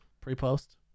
Pre-post